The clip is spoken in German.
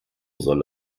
soll